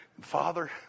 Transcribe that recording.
Father